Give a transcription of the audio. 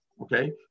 okay